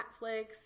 Netflix